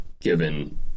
given